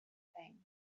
things